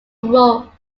role